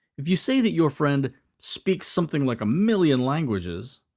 if you say that your friend speaks something like a million languages,